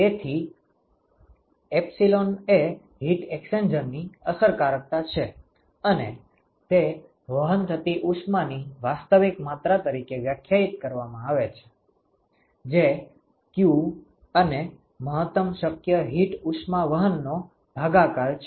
તેથી એપ્સીલોન એ હીટ એક્સ્ચેન્જરની અસરકારકતા છે અને તે વહન થતી ઉષ્માની વાસ્તવિક માત્રા તરીકે વ્યાખ્યાયિત કરવામાં આવે છે જે q અને મહત્તમ શક્ય હીટ ઉષ્માવહનનો ભાગાકાર છે